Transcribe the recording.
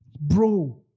bro